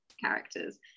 characters